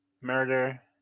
Murder